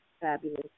fabulous